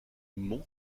mont